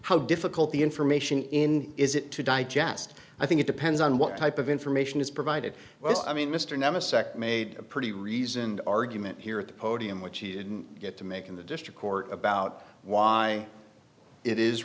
how difficult the information in is it to digest i think it depends on what type of information is provided well i mean mr nema sect made a pretty reasoned argument here at the podium which he didn't get to make in the district court about why it is